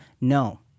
no